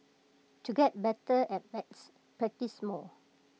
to get better at maths practise more